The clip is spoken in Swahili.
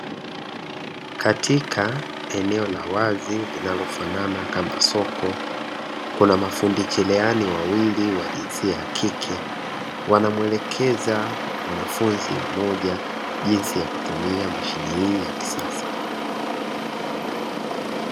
Katika eneo la wazi linalofanana kama soko, kuna mafundi cherehani wawili wa jinsia ya kike wanamuelekeza mwanafunzi mmoja jinsi ya kutumia mashine hii ya kisasa.